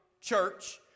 church